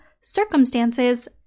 circumstances